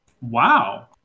Wow